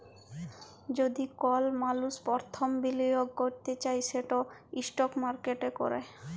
যদি কল মালুস পরথম বিলিয়গ ক্যরতে চায় সেট ইস্টক মার্কেটে ক্যরে